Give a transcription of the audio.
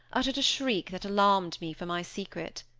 uttered a shriek that alarmed me for my secret.